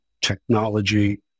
technology